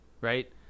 right